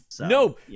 No